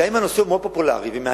גם אם הנושא הוא מאוד פופולרי ומעניין